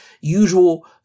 usual